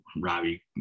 Robbie